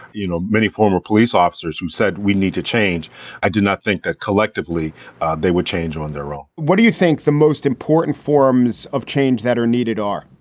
you know many former police officers who said we need to change i do not think that collectively they would change on their own. what do you think the most important forms of change that are needed are?